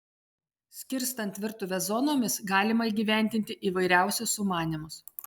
skirstant virtuvę zonomis galima įgyvendinti įvairiausius sumanymus